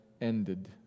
ended